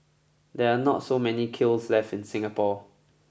there are not so many kilns left in Singapore